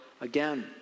again